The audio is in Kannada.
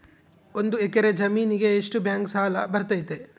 ಒಂದು ಎಕರೆ ಜಮೇನಿಗೆ ಎಷ್ಟು ಬ್ಯಾಂಕ್ ಸಾಲ ಬರ್ತೈತೆ?